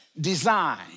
design